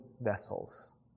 vessels